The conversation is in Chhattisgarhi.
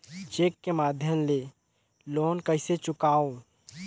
चेक के माध्यम ले लोन कइसे चुकांव?